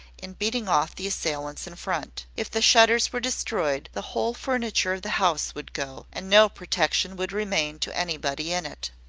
in beating off the assailants in front. if the shutters were destroyed, the whole furniture of the house would go, and no protection would remain to anybody in it.